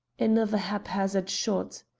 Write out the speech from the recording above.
another haphazard shot.